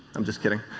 um just kidding.